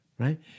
right